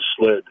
slid